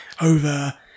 over